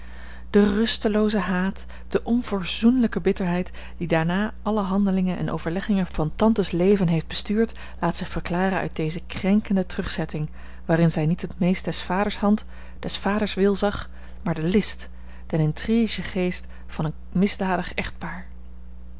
de rustelooze haat de onverzoenlijke bitterheid die daarna alle handelingen en overleggingen van tantes leven heeft bestuurd laat zich verklaren uit deze krenkende terugzetting waarin zij niet het meest des vaders hand des vaders wil zag maar de list den intriguegeest van een misdadig echtpaar